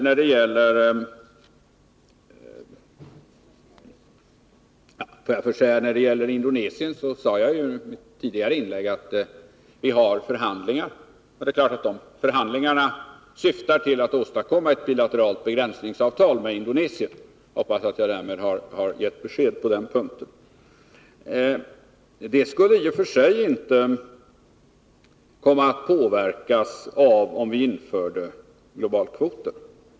När det gäller Indonesien sade jag i mitt tidigare inlägg att vi för förhandlingar, och det är klart att dessa syftar till att åstadkomma ett bilateralt begränsningsavtal med Indonesien — jag hoppas att jag därmed har givit ett besked på den punkten. Det skulle i och för sig inte komma att påverkas av om vi införde globalkvoter.